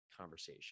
conversation